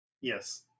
Yes